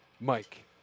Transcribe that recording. mike